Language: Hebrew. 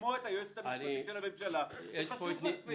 לשמוע את היועץ המשפטי של הממשלה חשוב מספיק מספיק.